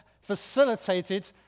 facilitated